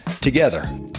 together